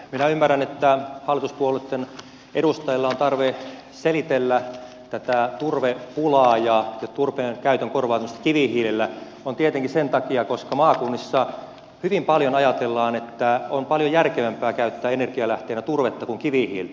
minä ymmärrän että hallituspuolueitten edustajilla on tarve selitellä tätä turvepulaa ja turpeen käytön korvaamista kivihiilellä tietenkin sen takia koska maakunnissa hyvin paljon ajatellaan että on paljon järkevämpää käyttää energialähteenä turvetta kuin kivihiiltä